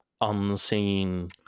unseen